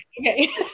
Okay